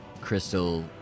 crystal